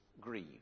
grieve